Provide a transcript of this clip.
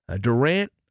Durant